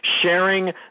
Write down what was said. sharing